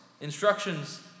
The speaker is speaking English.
Instructions